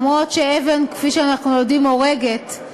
אף שאבן, כפי שאנחנו יודעים, הורגת,